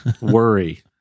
worry